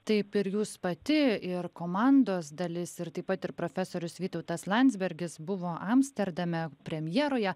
taip ir jūs pati ir komandos dalis ir taip pat ir profesorius vytautas landsbergis buvo amsterdame premjeroje